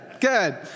Good